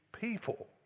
people